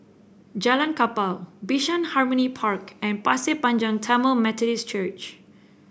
Jalan Kapal Bishan Harmony Park and Pasir Panjang Tamil Methodist Church